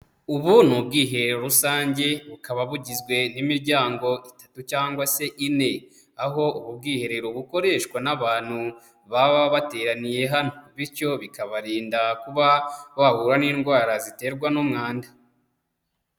Ubu ni ubwiherero rusange bukaba bugizwe n'imiryango itatu cyangwa se ine, aho ubu bwiherero bukoreshwa n'abantu baba bateraniye hano, bityo bikabarinda kuba bahura n'indwara ziterwa n'umwanda.